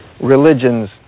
religion's